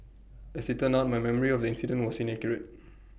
as IT turned out my memory of the incident was inaccurate